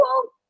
cool